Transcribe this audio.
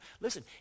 listen